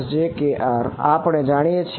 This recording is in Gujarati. r આપણે તે જાણીએ છીએ